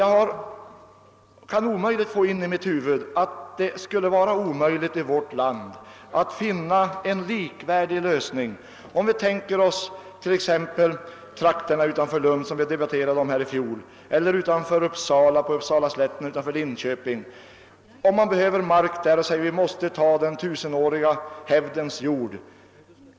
Jag kan omöjligen få in i mitt huvud att det skulle vara uteslutet att i vårt land finna en likvärdig lösning. Låt oss som exempel ta trakterna utanför Lund, som vi debatterade i fjol, eller trakterna på Uppsalaslätten eller utanför Linköping och anta att man där behöver mark och då säger att vi måste ta den tusenåriga hävdens jord.